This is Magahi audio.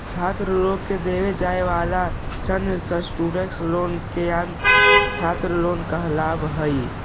छात्र लोग के देवे जाए वाला ऋण स्टूडेंट लोन या छात्र लोन कहलावऽ हई